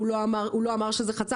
הוא לא אמר שזה חצה,